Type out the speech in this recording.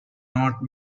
not